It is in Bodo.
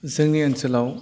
जोंनि ओनसोलाव